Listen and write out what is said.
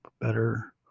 better